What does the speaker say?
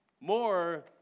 more